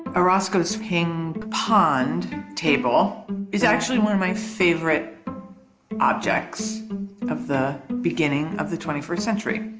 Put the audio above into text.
orozco's ping pond table is actually one of my favorite objects of the beginning of the twenty first century.